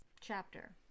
chapter